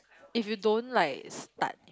if you don't like start